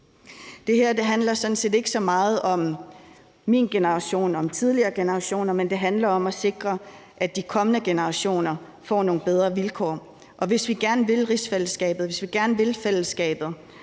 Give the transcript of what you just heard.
om min generation og om tidligere generationer, men det handler om at sikre, at de kommende generationer får nogle bedre vilkår. Og hvis vi gerne vil rigsfællesskabet, hvis vi gerne vil fællesskabet,